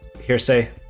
Hearsay